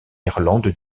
irlande